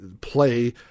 play